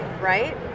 right